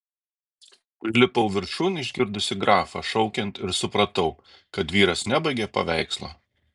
užlipau viršun išgirdusi grafą šaukiant ir supratau kad vyras nebaigė paveikslo